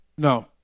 No